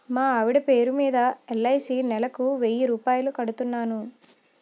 మా ఆవిడ పేరు మీద ఎల్.ఐ.సి నెలకు వెయ్యి రూపాయలు కడుతున్నాను